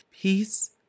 Peace